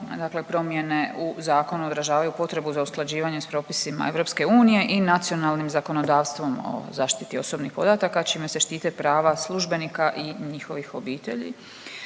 dakle promjene u zakonu odražavaju potrebu za usklađivanjem s propisima EU i nacionalnim zakonodavstvom o zaštiti osobnih podataka čime se štite prava službenika i njihovih obitelji.